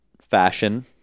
fashion